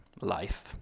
life